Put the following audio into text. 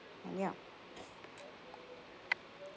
and ya